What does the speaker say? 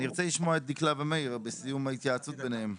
אני ארצה לשמוע את דקלה ומאיר בסיום ההתייעצות ביניהם.